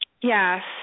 Yes